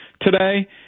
today